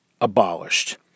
abolished